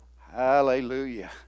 hallelujah